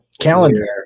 calendar